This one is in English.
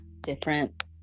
different